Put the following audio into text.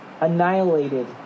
annihilated